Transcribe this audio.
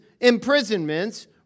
imprisonments